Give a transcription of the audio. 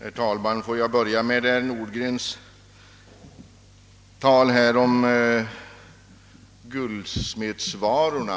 Herr talman! Tillåt mig börja med några ord i anledning av vad herr Nordgren sade om guldsmedsvarorna.